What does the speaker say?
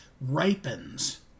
ripens